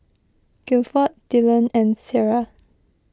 Gifford Dillan and Ciarra